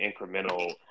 incremental